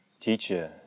Teacher